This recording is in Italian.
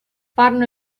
fanno